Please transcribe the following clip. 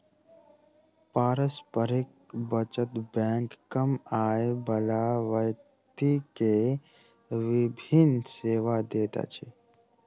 पारस्परिक बचत बैंक कम आय बला व्यक्ति के विभिन सेवा दैत अछि